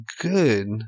good